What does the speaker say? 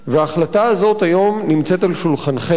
ההחלטה הזאת היום נמצאת על שולחנכם.